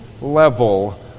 level